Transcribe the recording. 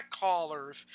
callers